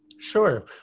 Sure